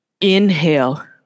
inhale